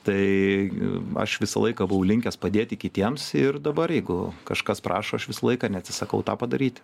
tai aš visą laiką buvau linkęs padėti kitiems ir dabar jeigu kažkas prašo aš visą laiką neatsisakau tą padaryti